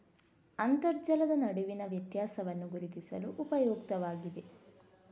ಅಂತರ್ಜಲದ ನಡುವಿನ ವ್ಯತ್ಯಾಸವನ್ನು ಗುರುತಿಸಲು ಉಪಯುಕ್ತವಾಗಿದೆ